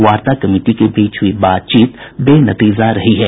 वार्ता कमिटी के बीच हुई बातचीत बेनतीजा रही है